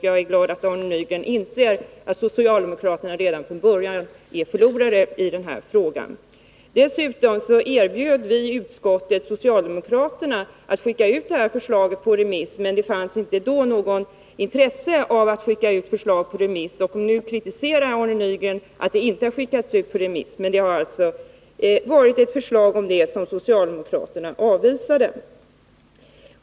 Jag är glad att Arne Nygren inser att socialdemokraterna redan från början är förlorare i den här frågan. Dessutom vill jag tillägga att vi i utskottet erbjöd socialdemokraterna att skicka ut förslaget på remiss, men då fanns det inte något intresse för det. Nu kritiserar Arne Nygren att förslaget inte skickats ut på remiss, men det förelåg alltså ett förslag om det i utskottet, ett förslag som socialdemokraterna avvisade.